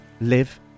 live